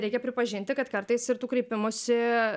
reikia pripažinti kad kartais ir tų kreipimųsi